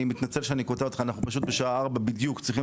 אני מתנצל שאני קוטע אותך בשעה 16:00 בדיוק צריכים